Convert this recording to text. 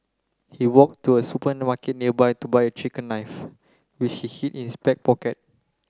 he walked to a supermarket nearby to buy a kitchen knife which he hid in his back pocket